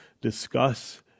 discuss